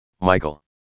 Michael